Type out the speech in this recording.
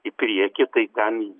į priekį tai ten